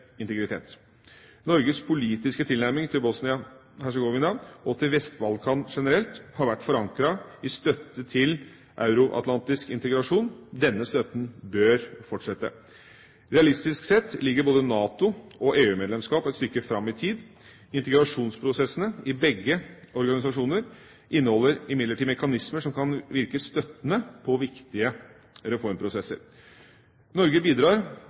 Norges politiske tilnærming til Bosnia-Hercegovina og til Vest-Balkan generelt har vært forankret i støtte til euroatlantisk integrasjon. Denne støtten bør fortsette. Realistisk sett ligger både NATO- og EU-medlemskap et stykke fram i tid. Integrasjonsprosessene i begge organisasjoner inneholder imidlertid mekanismer som kan virke støttende på viktige reformprosesser. Norge bidrar